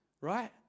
right